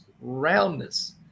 roundness